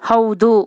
ಹೌದು